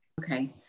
Okay